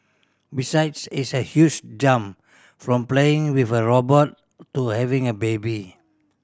besides it's a huge jump from playing with a robot to having a baby